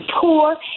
poor